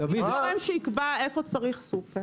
הגורם שיקבע איפה צריך סופר?